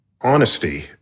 honesty